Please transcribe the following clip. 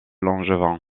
langevin